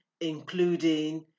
including